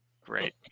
Great